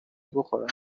بخورن